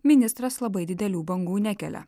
ministras labai didelių bangų nekelia